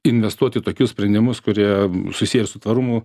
investuoti į tokius sprendimus kurie susiję su tvarumu